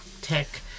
tech